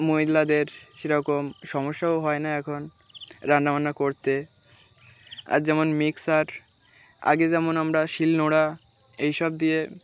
মহিলাদের সেরকম সমস্যাও হয় না এখন রান্নাবান্না করতে আর যেমন মিক্সার আগে যেমন আমরা শিল নোড়রা এইসব দিয়ে